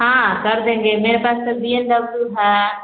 हाँ कर देंगे मेरे पास तो बी एम डब्लू है